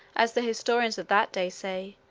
as the historians of that day say,